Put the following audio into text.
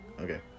okay